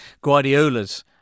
Guardiola's